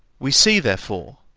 we see, therefore,